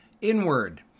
inward